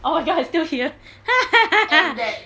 oh ya it's still here ha ha ha ha